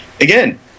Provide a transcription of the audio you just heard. again